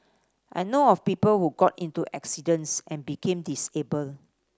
I know of people who got into accidents and became disabled